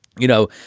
you know,